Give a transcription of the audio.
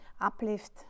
uplift